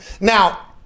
Now